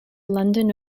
london